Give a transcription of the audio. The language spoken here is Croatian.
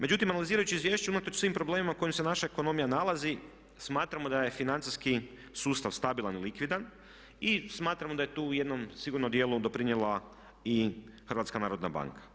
Međutim, analizirajući izvješće unatoč svim problemima u kojima se naša ekonomija nalazi smatramo da je financijski sustav stabilan i likvidan i smatramo da je to u jednom sigurno dijelu doprinijela i HNB.